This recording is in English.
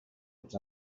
its